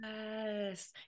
Yes